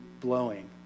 blowing